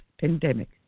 pandemic